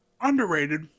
Underrated